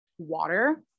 water